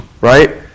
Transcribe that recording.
Right